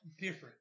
different